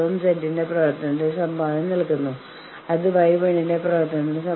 യൂണിയനെ പ്രതിനിധീകരിച്ച് ആറ് പേരുണ്ടെങ്കിൽ ആറ് പേരും യൂണിയന്റെ പക്ഷത്തായിരിക്കണം